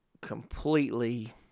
completely